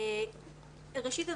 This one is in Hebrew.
ראשית,